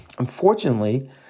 Unfortunately